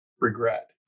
regret